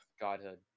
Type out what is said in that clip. Godhood